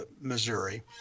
Missouri